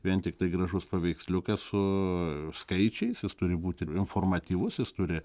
vien tiktai gražus paveiksliukas su skaičiais jis turi būti informatyvus jis turi